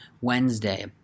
Wednesday